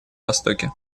востоке